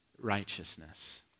righteousness